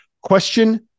Question